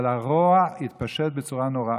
אבל הרוע התפשט בצורה נוראה.